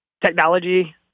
technology